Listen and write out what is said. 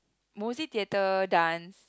most it theatre dance